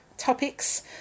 Topics